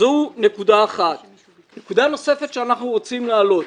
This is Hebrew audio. נקודה נוספת שאנחנו רוצים להעלות.